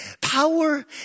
Power